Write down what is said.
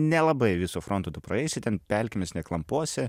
nelabai visu frontu tu praeisi ten pelkėmis neklamposi